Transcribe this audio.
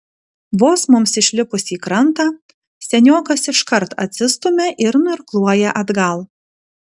vos mums išlipus į krantą seniokas iškart atsistumia ir nuirkluoja atgal